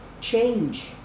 change